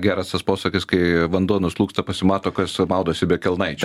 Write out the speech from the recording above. geras tas posakis kai vanduo nuslūgsta pasimato kas maudosi be kelnaičių